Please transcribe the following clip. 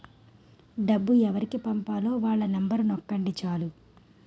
డబ్బు ఎవరికి పంపాలో వాళ్ళ నెంబరు నొక్కండి చాలు